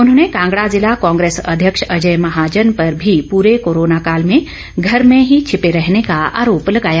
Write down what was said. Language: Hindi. उन्होंने कांगड़ा जिला कांग्रेस अध्यक्ष अजय महाजन पर भी पूरे कोरोना काल में घर में ही छीपे रहने का आरोप लगाया